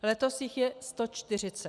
Letos jich je 140.